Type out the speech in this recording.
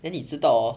then 你知道 hor